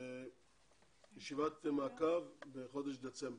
ישיבת מעקב בחודש דצמבר.